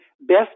best